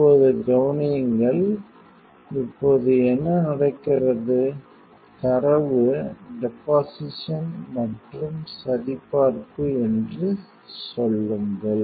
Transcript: இப்போது கவனியுங்கள் இப்போது என்ன நடக்கிறது தரவு டெபொசிஷன் மற்றும் சரிபார்ப்பு என்று சொல்லுங்கள்